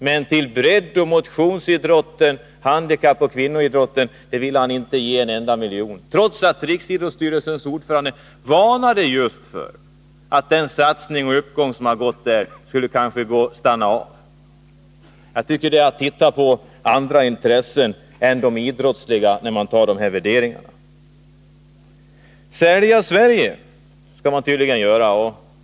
Men till breddoch motionsidrott, handikappoch kvinnoidrott vill han inte ge en enda miljon trots att riksidrottsstyrelsens ordförande har varnat för att den uppgång som man har kunnat notera skulle stanna av. Jag tycker det verkar som om han ser till andra intressen än de idrottsliga. Sälja Sverige skall man tydligen göra.